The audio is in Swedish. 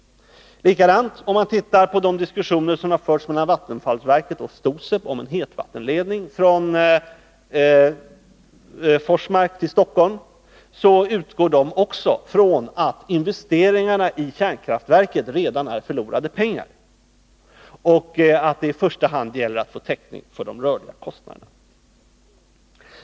Om vi tittar på den diskussion som förts mellan vattenfallsverket och STOSEB om en hetvattenledning från Forskmark till Stockholm finner vi att man också där utgår från att investeringarna i kärnkraftverket redan är förlorade pengar och att det i första hand gäller att få täckning för de rörliga kostnaderna.